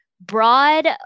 broad